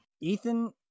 ethan